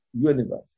universe